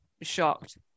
shocked